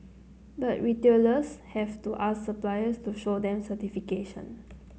but retailers have to ask suppliers to show them certification